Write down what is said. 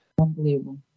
Unbelievable